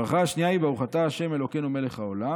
הברכה השנייה היא "ברוך אתה ה' אלהינו מלך העולם